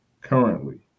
currently